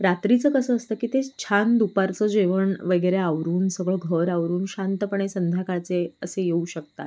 रात्रीचं कसं असतं की ते छान दुपारचं जेवण वगैरे आवरून सगळं घर आवरून शांतपणे संध्याकाळचे असे येऊ शकतात